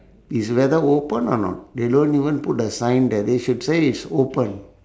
is whether open or not they don't even put the sign there they should say it's open